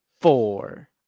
four